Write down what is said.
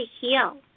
heal